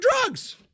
drugs